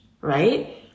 right